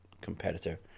competitor